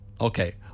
Okay